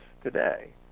today